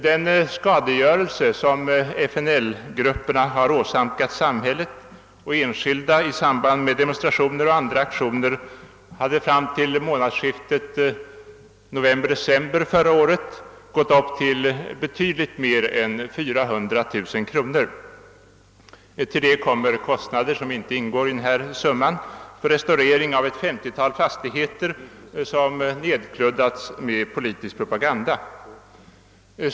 Den skadegörelse som FNL-grupperna åsamkat samhället och enskilda i samband med demonstrationer och andra aktioner hade fram till månadsskiftet november/ december 1967 uppgått till ett värde av betydligt över 400 000 kronor. Härtill kommer kostnader för restaurering av ett 50-tal fastigheter som nedkluddats med politisk propaganda.